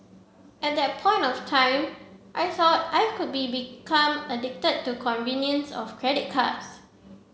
at that point of time I thought I could be become addicted to convenience of credit cards